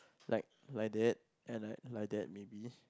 like like that and like like that maybe